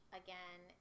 again